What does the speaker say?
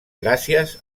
gràcies